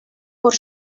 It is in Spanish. por